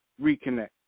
reconnect